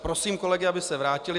Prosím kolegy, aby se vrátili.